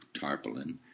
tarpaulin